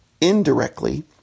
indirectly